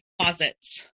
closets